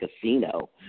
casino